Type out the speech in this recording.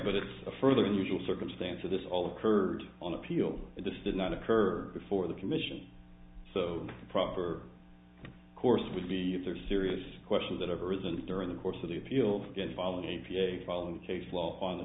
but it's a further unusual circumstance of this all occurred on appeal it just did not occur before the commission so the proper course would be if there are serious questions that have arisen during the course of the appeal again following a ph follow the case law on the